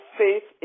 faith